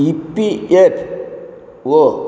E P F O